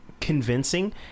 convincing